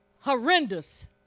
horrendous